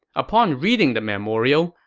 upon reading the memorial,